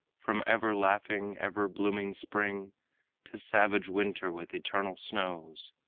from ever-laughing, ever-blooming spring to savage winter with eternal snows.